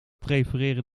prefereren